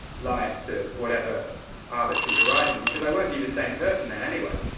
life to whatever arbitrary horizon? because i won't be the same person then anyway.